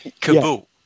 Kabul